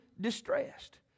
distressed